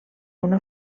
una